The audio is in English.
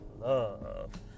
Love